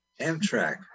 Amtrak